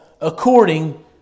according